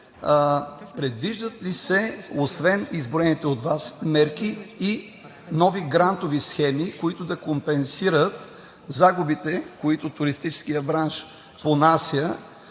предвиждат ли се, освен изброените от Вас мерки, и нови грантови схеми, които да компенсират загубите, които туристическият бранш понася?